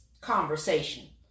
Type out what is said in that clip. Conversation